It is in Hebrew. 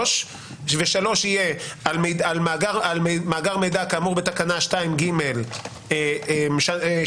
3 ו- 3 יהיה על מאגר מידע כאמור בתקנה שתיים (ג) שנה,